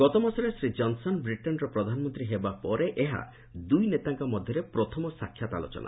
ଗତ ମାସରେ ଶ୍ରୀ ଜନ୍ସନ୍ ବ୍ରିଟେନ୍ର ପ୍ରଧାନମନ୍ତ୍ରୀ ହେବା ପରେ ଏହା ଦୁଇ ନେତାଙ୍କ ମଧ୍ୟରେ ପ୍ରଥମ ସାକ୍ଷାତ ଆଲୋଚନା